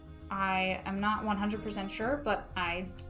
i am not one hundred percent sure but i